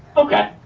okay.